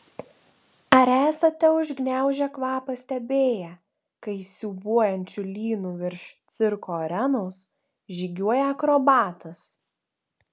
ar esate užgniaužę kvapą stebėję kai siūbuojančiu lynu virš cirko arenos žygiuoja akrobatas